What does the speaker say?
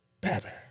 better